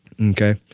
Okay